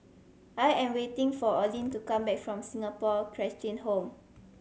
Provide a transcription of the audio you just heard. I am waiting for Oline to come back from Singapore Cheshire Home